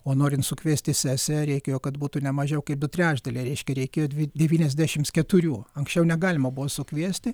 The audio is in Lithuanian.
o norint sukviesti sesiją reikėjo kad būtų ne mažiau kaip du trečdaliai reiškia reikėjo dvi devyniasdešimt keturių anksčiau negalima buvo sukviesti